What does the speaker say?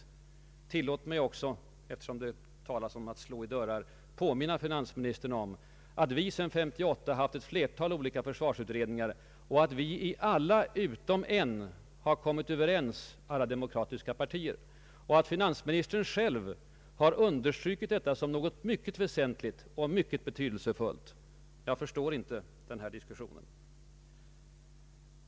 Jag tillåter mig också — eftersom det talas om att slå i dörrar — påminna finansministern om att vi sedan år 1958 haft ett flertal olika försvarsutredningar och att alla demokratiska partier har kommit överens i alla utom en. Finans ministern har själv understrukit detta som något mycket väsentligt och mycket betydelsefullt. Jag förstår inte den här diskussionen.